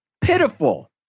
pitiful